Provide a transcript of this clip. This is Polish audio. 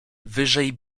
wyżej